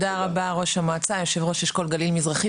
תודה רבה, ראש המועצה, יושב-ראש אשכול גליל מזרחי.